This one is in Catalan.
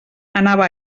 anava